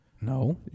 No